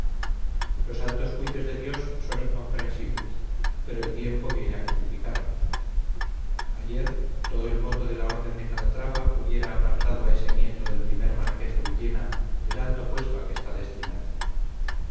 los altos juicios de dios son incomprensibles pero el tiempo viene a justificarlos ayer todo el voto de la orden de calatrava hubiera apartado a ese nieto del primer marqués de villena del alto puesto a que está destinado